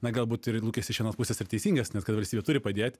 na galbūt ir lūkestis iš vienos pusės ir teisingas nes ka valstybė turi padėt